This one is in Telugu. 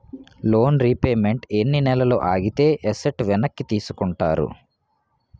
లోన్ రీపేమెంట్ ఎన్ని నెలలు ఆగితే ఎసట్ వెనక్కి తీసుకుంటారు?